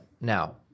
Now